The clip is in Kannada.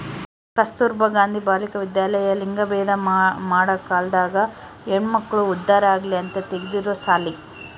ಕಸ್ತುರ್ಭ ಗಾಂಧಿ ಬಾಲಿಕ ವಿದ್ಯಾಲಯ ಲಿಂಗಭೇದ ಮಾಡ ಕಾಲ್ದಾಗ ಹೆಣ್ಮಕ್ಳು ಉದ್ದಾರ ಆಗಲಿ ಅಂತ ತೆಗ್ದಿರೊ ಸಾಲಿ